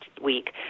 week